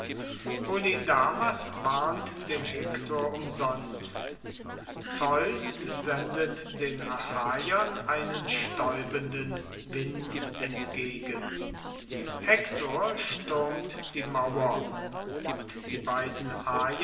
polydamas warnt den hektor umsonst zeus sendet den achaiern einen stäubenden wind entgegen hektor stürmt die mauer und die beiden